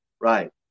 Right